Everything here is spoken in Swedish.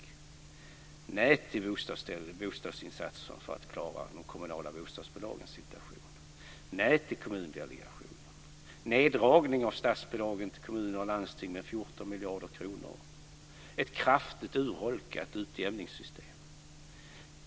Det innebär nej till bostadsstöd och bostadsinsatser för att klara de kommunala bostadsbolagens situation, nej till Kommundelegationen, neddragning av statsbidragen till kommuner och landsting med 14 miljarder kronor samt ett kraftigt urholkat utjämningssystem.